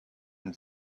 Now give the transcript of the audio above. and